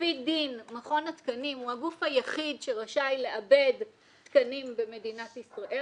לפי דין מכון התקנים הוא הגוף היחיד שרשאי לעבד תקנים במדינת ישראל,